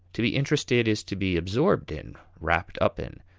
to be interested is to be absorbed in, wrapped up in,